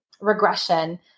regression